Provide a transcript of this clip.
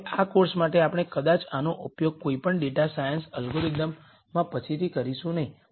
હવે આ કોર્સ માટે આપણે કદાચ આનો ઉપયોગ કોઈ પણ ડેટા સાયન્સ એલ્ગોરિધમમાં પછીથી કરીશું નહીં